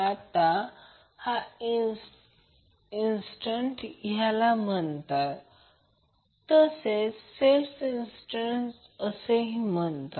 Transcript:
आता हा इन्ड़टन्स याला म्हणतात तसेच सेल्फ इन्ड़टन्स म्हणतात